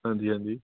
ਹਾਂਜੀ ਹਾਂਜੀ